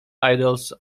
idols